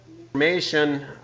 information